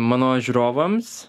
mano žiūrovams